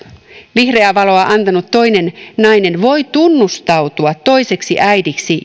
vihreää valoa antanut toinen nainen voi tunnustautua toiseksi äidiksi